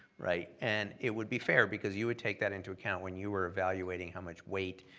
right? and it would be fair because you would take that into account when you were evaluating how much weight,